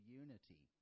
unity